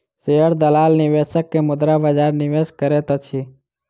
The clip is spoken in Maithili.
शेयर दलाल निवेशक के मुद्रा बजार निवेश करैत अछि